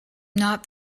not